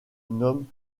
nomment